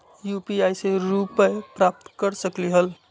UPI से रुपए प्राप्त कर सकलीहल?